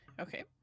Okay